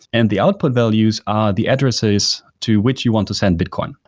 and the output values ah the addresses to which you want to send bitcoin.